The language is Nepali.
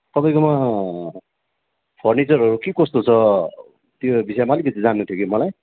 तपाईँकोमा फर्निचरहरू के कस्तो छ त्यो विषयमा अलिकति जान्नु थियो कि मलाई